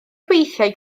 weithiau